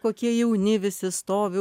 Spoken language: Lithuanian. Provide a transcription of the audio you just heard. kokie jauni visi stovi